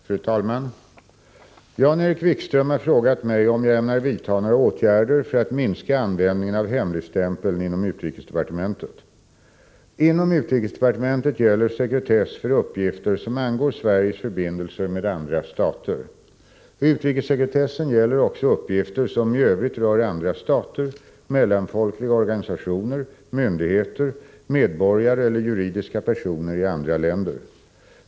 Fru talman! Jan-Erik Wikström har frågat mig om jag ämnar vidta några åtgärder för att minska användningen av hemligstämpeln inom utrikesdepartementet. Inom utrikesdepartementet gäller sekretess för uppgifter som angår Sveriges förbindelser med andra stater. Utrikessekretessen gäller också uppgifter som i övrigt rör andra stater, mellanfolkliga organisationer, myndigheter, medborgare eller juridiska personer i andra länder.